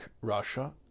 Russia